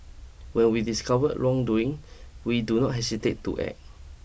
while we discover wrongdoing we do not hesitate to act